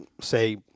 say